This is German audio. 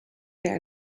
der